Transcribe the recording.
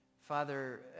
Father